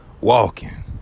Walking